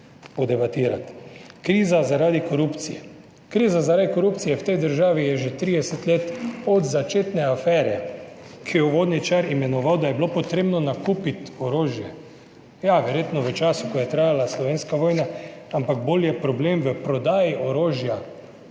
Kriza zaradi korupcije. Kriza zaradi korupcije v tej državi je že 30 let od začetne afere, ki jo je uvodničar imenoval, da je bilo potrebno nakupiti orožje. Ja, verjetno v času, ko je trajala Slovenska vojna, ampak bolj je problem v prodaji orožja,